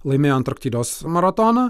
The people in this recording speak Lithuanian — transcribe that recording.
laimėjo antarktidos maratoną